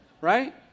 Right